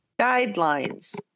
guidelines